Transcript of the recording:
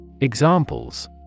Examples